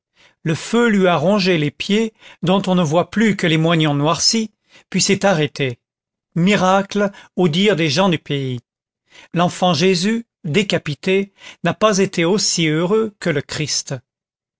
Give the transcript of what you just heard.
le feu lui a rongé les pieds dont on ne voit plus que les moignons noircis puis s'est arrêté miracle au dire des gens du pays l'enfant jésus décapité n'a pas été aussi heureux que le christ